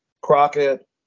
Crockett